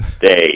day